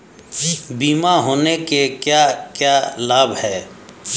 बीमा होने के क्या क्या लाभ हैं?